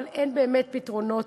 אבל אין באמת פתרונות